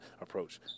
approach